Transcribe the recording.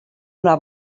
una